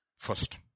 First